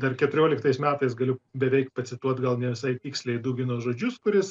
dar keturioliktais metais galiu beveik pacituot gal ne visai tiksliai dugino žodžius kuris